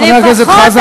חבר הכנסת חזן,